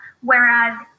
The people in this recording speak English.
Whereas